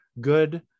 good